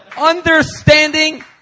Understanding